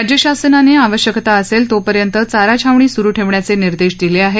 राज्य शासनाने आवश्यकता असेल तोपर्यंत चारा छावणी सुरु ठेवण्याचे निर्देश दिले आहेत